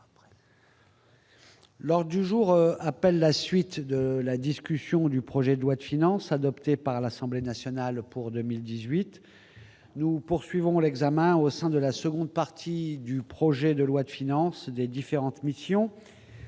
Lors du jour appelle la suite de la discussion du projet de loi de finances adoptées par l'Assemblée nationale pour 2018 : nous poursuivons l'examen au sein de la seconde partie du projet de loi de finances des différentes missions